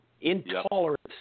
Intolerance